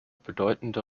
bedeutende